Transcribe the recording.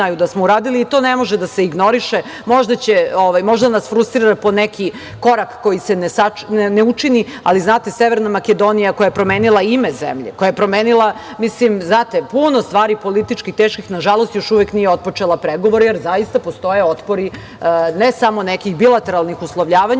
da smo uradili i to ne može da se ignoriše. Možda nas frustrira po neki korak koji se ne učini, ali znate, Severna Makedonija koja je promenila ime zemlje, koja je promenila puno stvari politički teških, nažalost, još uvek nije otpočela pregovore, jer zaista postoje otpori ne samo nekih bilateralnih uslovljavanja,